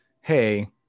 hey